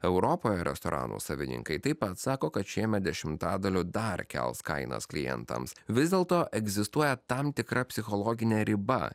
europoje restorano savininkai taip pat sako kad šiemet dešimtadaliu dar kels kainas klientams vis dėlto egzistuoja tam tikra psichologinė riba